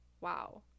wow